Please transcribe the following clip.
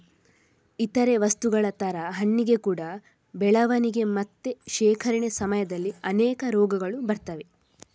ಇತರೇ ವಸ್ತುಗಳ ತರ ಹಣ್ಣಿಗೆ ಕೂಡಾ ಬೆಳವಣಿಗೆ ಮತ್ತೆ ಶೇಖರಣೆ ಸಮಯದಲ್ಲಿ ಅನೇಕ ರೋಗಗಳು ಬರ್ತವೆ